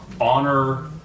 honor